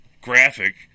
graphic